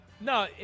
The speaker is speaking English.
No